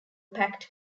pact